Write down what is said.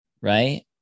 right